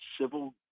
civil